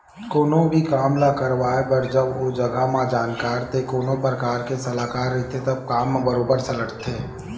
कोनो भी काम ल करवाए बर जब ओ जघा के जानकार ते कोनो परकार के सलाहकार रहिथे तब काम ह बरोबर सलटथे